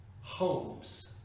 homes